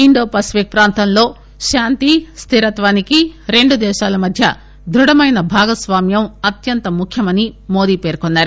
Indo Pacific ప్రాంతంలో శాంతి స్దిరత్వానికి రెండు దే శాల మధ్య దృఢమైన భాగస్వామ్యం అత్యంత ముఖ్యమని మోదీ పేర్కొన్నారు